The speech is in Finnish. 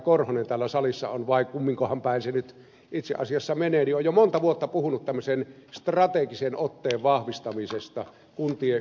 korhonen täällä salissa on vai kumminkohan päin se itse asiassa menee on jo monta vuotta puhunut tämmöisen strategisen otteen vahvistamisesta kuntien yhteenliittymisessä